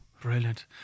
Brilliant